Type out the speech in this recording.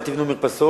אל תבנו מרפסות,